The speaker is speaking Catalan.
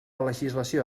legislació